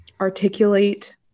articulate